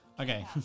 Okay